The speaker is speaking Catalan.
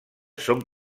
són